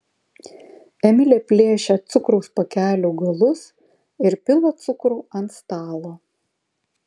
emilė plėšia cukraus pakelių galus ir pila cukrų ant stalo